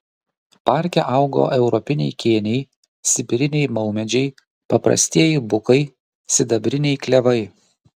parke augo europiniai kėniai sibiriniai maumedžiai paprastieji bukai sidabriniai klevai